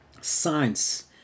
science